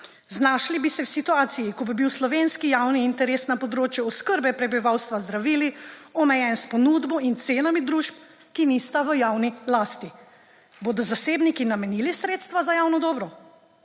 Znašli bi se v situaciji, ko bi bil slovenski javni interes na področju oskrbe prebivalstva z zdravili omejen s ponudbo in cenami družb, ki nista v javni lasti. Bodo zasebniki namenili sredstva za javno dobro?